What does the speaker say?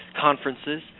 conferences